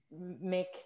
make